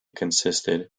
consisted